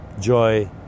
joy